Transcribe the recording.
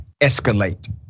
escalate